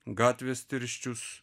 gatvės tirščius